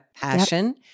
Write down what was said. passion